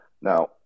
Now